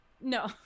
No